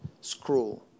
scroll